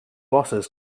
losses